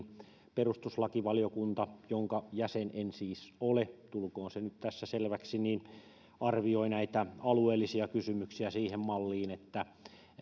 perustuslakivaliokunta jonka jäsen en siis ole tulkoon se nyt tässä selväksi arvioi näitä alueellisia kysymyksiä siihen malliin että